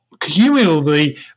cumulatively